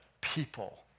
people